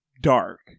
dark